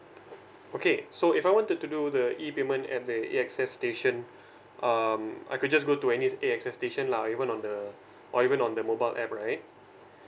okay so if I wanted to do the e payment at the A X S station um I could just go to any A X S station lah even on the or even on the mobile app right